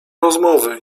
rozmowy